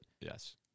Yes